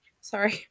Sorry